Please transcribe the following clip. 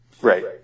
Right